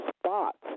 spots